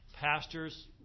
Pastures